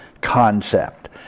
concept